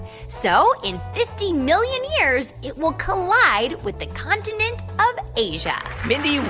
so in fifty million years, it will collide with the continent of asia mindy,